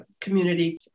community